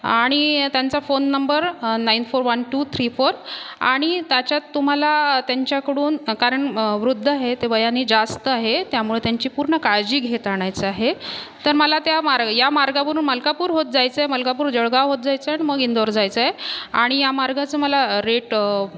आणि त्यांचा phone number nine four one two three four आणि त्याच्यात तुम्हाला त्यांच्याकडून कारण वृद्ध आहेत ते वयानी जास्त आहे त्यामुळे त्यांची पूर्ण काळजी घेत आणायचं आहे तर मला त्या मार्गा या मार्गावरून मालकापुर होत जायचं आहे मालकापुरवरुन जळगाव होत जायचं आहे आणि मग इंदौर जायचं आहे आणि या मार्गाचं मला रेट